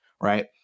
right